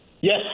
Yes